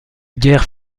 guerre